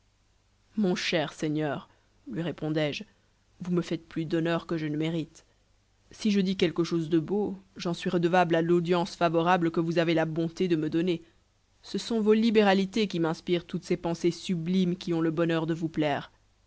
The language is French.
mon cher seigneur lui répondais je vous me faites plus d'honneur que je ne mérite si je dis quelque chose de beau j'en suis redevable à l'audience favorable que vous avez la bonté de me donner ce sont vos libéralités qui m'inspirent toutes ces pensées sublimes qui ont le bonheur de vous plaire